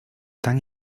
tan